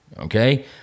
okay